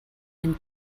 and